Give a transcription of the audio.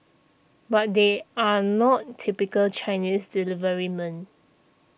but they are not typical Chinese deliverymen